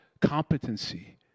competency